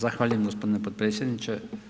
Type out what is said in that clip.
Zahvaljujem gospodine potpredsjedniče.